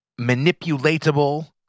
manipulatable